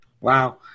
Wow